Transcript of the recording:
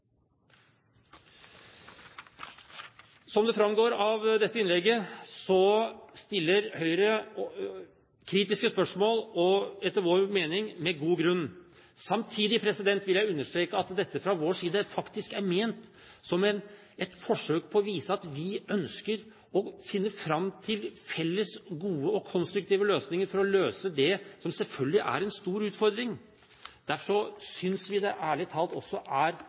Som det framgår av dette innlegget, stiller Høyre kritiske spørsmål – etter vår mening med god grunn. Samtidig vil jeg understreke at dette fra vår side faktisk er ment som et forsøk på å vise at vi ønsker å finne fram til felles gode og konstruktive løsninger for å løse det som selvfølgelig er en stor utfordring. Derfor synes vi det ærlig talt er